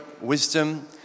wisdom